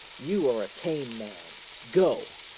you are a tame man go!